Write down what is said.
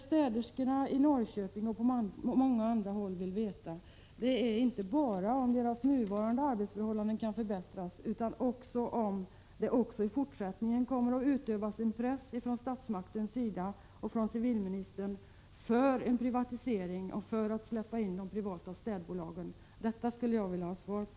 Städerskorna i Norrköping och på många andra håll vill inte bara veta om deras nuvarande arbetsförhållanden kan förbättras utan också om det även i fortsättningen kommer att utövas press från statens, från civilministerns sida för en privatisering och för en utveckling i riktning mot att släppa in de privata städbolagen på marknaden. Detta skulle jag vilja ha svar på.